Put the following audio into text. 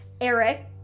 Eric